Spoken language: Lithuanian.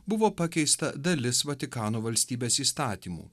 buvo pakeista dalis vatikano valstybės įstatymų